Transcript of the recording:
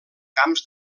camps